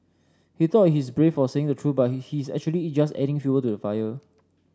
he thought he's brave for saying the truth but he's actually just adding fuel to the fire